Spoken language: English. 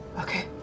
Okay